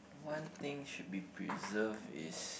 one thing should be preserved is